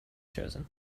chosen